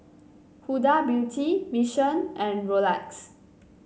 Huda Beauty Mission and Rolex